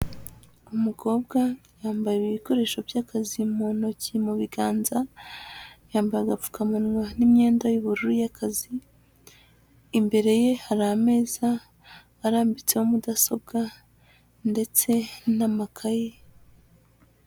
Umukobwa yambaye ibikoresho by'akazi mu ntoki mu biganza. Yambaye agapfukamunwa n'imyenda y'ubururu y'akazi. Imbere ye hari ameza arambitseho mudasobwa ndetse n'amakaye.